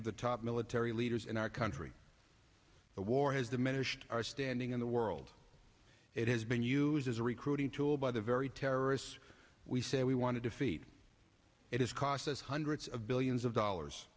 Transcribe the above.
of the top military leaders in our country the war has diminished our standing in the world it has been used as a recruiting tool by the very terrorists we say we want to defeat it has cost us hundreds of billions of dollars